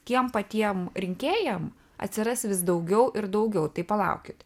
tiem patiem rinkėjam atsiras vis daugiau ir daugiau tai palaukit